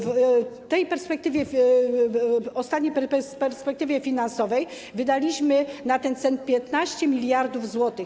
W tej perspektywie, w ostatniej perspektywie finansowej wydaliśmy na ten cel 15 mld zł.